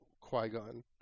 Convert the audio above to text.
Qui-Gon